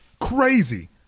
Crazy